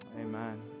Amen